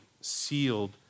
sealed